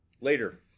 Later